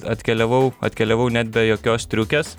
atkeliavau atkeliavau net be jokios striukės